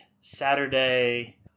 Saturday